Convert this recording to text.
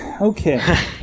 Okay